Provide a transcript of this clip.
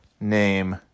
name